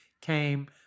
came